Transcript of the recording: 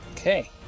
Okay